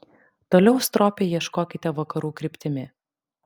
toliau stropiai ieškokite vakarų kryptimi